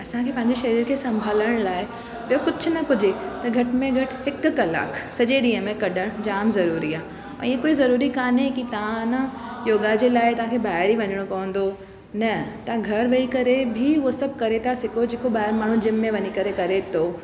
असांखे पंहिंजे शरीर खे संभालणु लाइ ॿियो कुझु न कजे त घटि में घटि हिकु कलाकु सॼे ॾींहं में कॾणु जाम ज़रूरी आहे ऐं ईअं कोई ज़रूरी कोन्हे की तव्हां न योगा जे लाइ तव्हांखे ॿाहिरि ई वञिणो पवंदो न तव्हां घर वेही करे बि उहो सभु करे था सघो जेको ॿाहेर माण्हू जिम में वञी करे करे थो